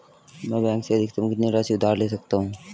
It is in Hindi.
मैं बैंक से अधिकतम कितनी राशि उधार ले सकता हूँ?